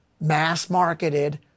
mass-marketed